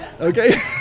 Okay